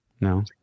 No